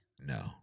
no